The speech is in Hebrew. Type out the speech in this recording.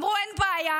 הם אמרו: אין בעיה,